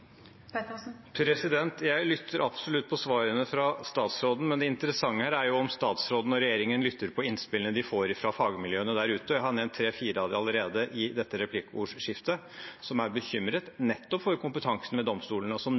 Pettersen – til oppfølgingsspørsmål. Jeg lytter absolutt til svarene fra statsråden, men det interessante her er om statsråden og regjeringen lytter til innspillene de får fra fagmiljøene der ute. I dette replikkordskiftet har jeg allerede nevnt tre–fire av dem som er bekymret for nettopp kompetansen ved domstolene, og som